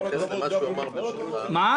כל הכבוד, גפני.